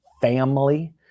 Family